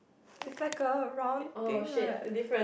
is like a wrong thing